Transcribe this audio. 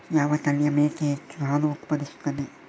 ಯಾವ ತಳಿಯ ಮೇಕೆ ಹೆಚ್ಚು ಹಾಲು ಉತ್ಪಾದಿಸುತ್ತದೆ?